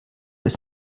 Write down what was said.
ist